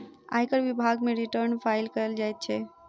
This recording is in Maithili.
आयकर विभाग मे रिटर्न फाइल कयल जाइत छै